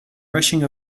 rushing